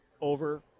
over